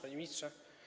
Panie Ministrze!